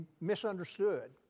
misunderstood